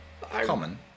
common